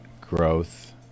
growth